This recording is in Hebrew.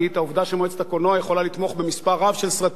העובדה שמועצת הקולנוע יכולה לתמוך במספר רב של סרטים.